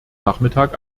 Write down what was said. nachmittag